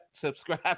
subscribe